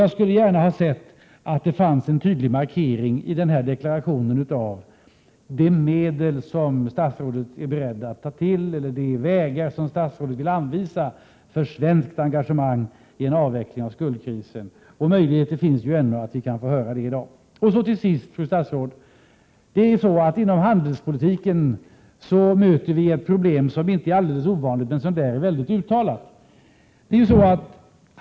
Jag skulle gärna ha sett att det i denna deklaration fanns en tydlig markering av de vägar som statsrådet vill anvisa för svenskt engagemang när det gäller en avveckling av skuldkrisen. Möjligheten finns ännu att vi kan få höra detta här i dag. Till sist, fru statsråd: Inom handelspolitiken möter vi ett inte alldeles ovanligt men där mycket uttalat problem. Det gäller information.